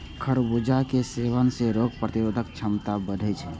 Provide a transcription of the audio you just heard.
खरबूजा के सेवन सं रोग प्रतिरोधक क्षमता बढ़ै छै